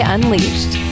Unleashed